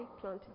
planted